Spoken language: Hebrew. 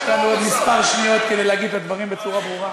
יש לנו עוד כמה שניות כדי להגיד את הדברים בצורה ברורה.